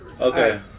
Okay